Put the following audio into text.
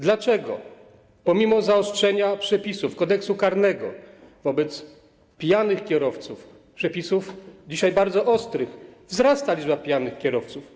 Dlaczego pomimo zaostrzenia przepisów Kodeksu karnego wobec pijanych kierowców, przepisów dzisiaj bardzo ostrych, wzrasta liczba pijanych kierowców?